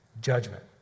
judgment